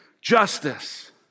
justice